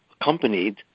accompanied